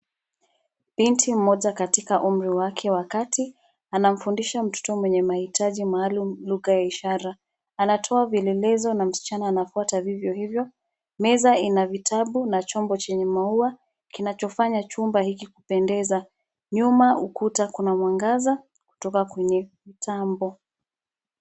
Binti mmoja katika umri wake wa kati, anamfundisha mtoto mwenye mahitaji maalum lugha ya ishara, anatoa vielelezo na msichana anafuata vivyo hivyo, meza ina vitabu na chombo chenye maua, kinachofanya chumba hiki kupendeza, nyuma ukuta kuna mwangaza, kutoka kwenye, mtambo.